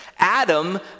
Adam